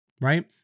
right